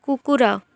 କୁକୁର